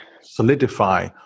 solidify